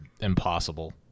impossible